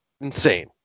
insane